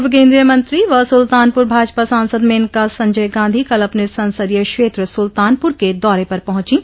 पूर्व केंद्रीय मंत्री व सुल्तानपुर भाजपा सांसद मेनका संजय गांधी कल अपने संसदीय क्षेत्र सुल्तानपुर के दौरे पर पहुंचीं